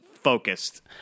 focused